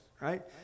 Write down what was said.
right